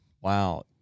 Wow